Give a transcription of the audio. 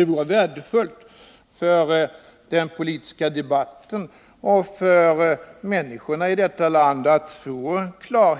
Det vore värdefullt för den politiska debatten och för människorna idettaland, om